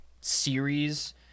series